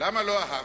למה לא אהבתי?